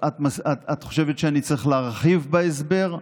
את חושבת שאני צריך להרחיב בהסבר?